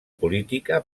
política